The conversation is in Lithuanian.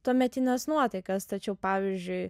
tuometines nuotaikas tačiau pavyzdžiui